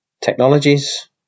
technologies